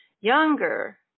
younger